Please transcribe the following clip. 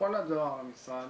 כל הדואר למשרד